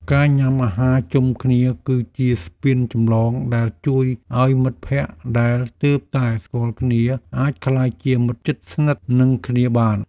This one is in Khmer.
ការញ៉ាំអាហារជុំគ្នាគឺជាស្ពានចម្លងដែលជួយឱ្យមិត្តភក្តិដែលទើបតែស្គាល់គ្នាអាចក្លាយជាមិត្តជិតស្និទ្ធនឹងគ្នាបាន។